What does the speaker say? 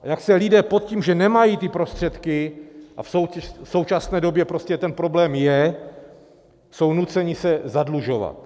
Jak se lidé, pod tím, že nemají ty prostředky, a v současné době prostě ten problém je, jsou nuceni se zadlužovat.